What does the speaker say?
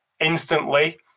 instantly